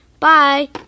Bye